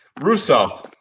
Russo